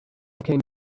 came